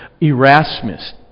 Erasmus